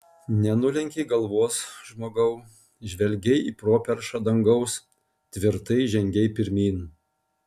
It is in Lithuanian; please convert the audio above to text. nenulenkei galvos žmogau žvelgei į properšą dangaus tvirtai žengei pirmyn